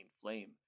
flame